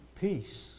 peace